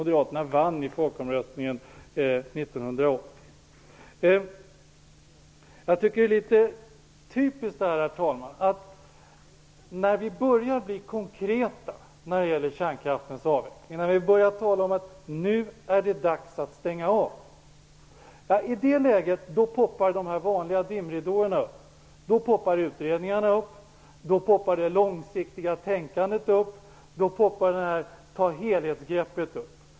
Det är litet typiskt att när vi börjar bli konkreta i fråga om kärnkraftens avveckling och tala om att det nu är dags att stänga av, då läggs de vanliga dimridåerna ut. Det kommer fram utredningar. Man talar om långsiktigt tänkande och om att ta ett helhetsgrepp.